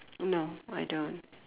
no I don't